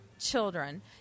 children